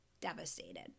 devastated